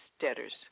debtors